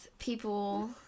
people